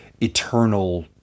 eternal